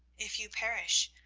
if you perish,